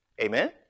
Amen